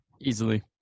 Easily